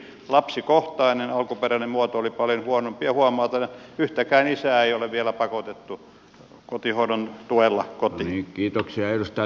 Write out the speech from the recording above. alkuperäinen muoto oli paljon huonompi ja huomautan että yhtäkään isää ei ole vielä pakotettu kotihoidon tuella kotiin